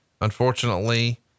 Unfortunately